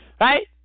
right